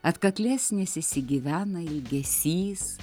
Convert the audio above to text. atkaklesnės įsigyvena ilgesys